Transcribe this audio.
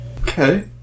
Okay